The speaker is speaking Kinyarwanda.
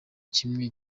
kimwe